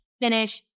finish